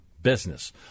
business